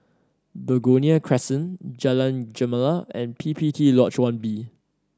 Begonia Crescent Jalan Gemala and P P T Lodge One B